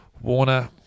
Warner